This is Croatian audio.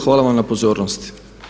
Hvala vam na pozornosti.